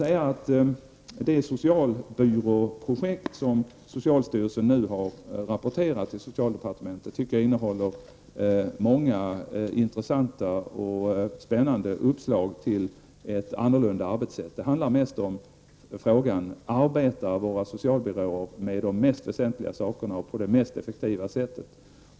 Det socialbyråprojekt som socialstyrelsen nu har rapporterat till socialdepartementet innehåller många intressanta och spännande uppslag till ett annat arbetssätt. Det handlar framför allt om frågan huruvida våra socialbyråer arbetar med de mest väsentliga sakerna och på det mest effektiva sättet.